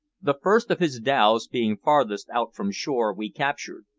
the first of his dhows, being farthest out from shore, we captured,